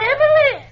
Emily